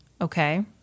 Okay